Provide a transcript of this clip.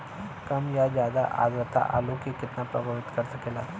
कम या ज्यादा आद्रता आलू के कितना प्रभावित कर सकेला?